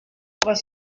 was